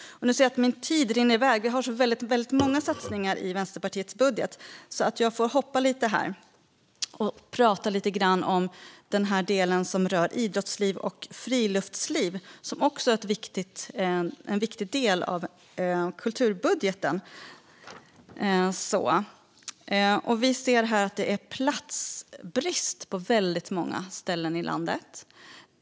Vi i Vänsterpartiet har så väldigt många satsningar i vår budget. Jag går vidare till den del som rör idrottsliv och friluftsliv, som är en viktig del av kulturbudgeten. Det råder platsbrist på många ställen i landet.